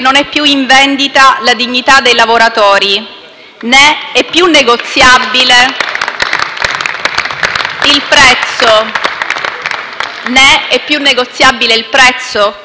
lavoratori, né è più negoziabile il prezzo che il pianeta deve pagare a vantaggio del profitto di un'economia non lungimirante.